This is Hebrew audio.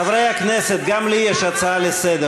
חברי הכנסת, גם לי יש הצעה לסדר.